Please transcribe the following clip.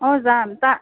অঁ যাম তা